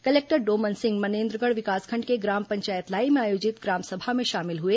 collector Doman Singh Manendragarh विकासखंड के ग्राम पंचायत लाई में आयोजित ग्राम सभा में शामिल हुए